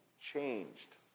changed